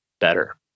better